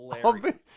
hilarious